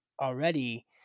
already